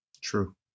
True